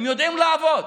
הם יודעים לעבוד,